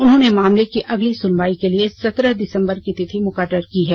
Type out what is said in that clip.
उन्होंने मामले की अगली सुनवाई के लिए सत्रह दिसम्बर की तिथि मुकर्रर की है